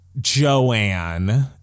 Joanne